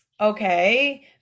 okay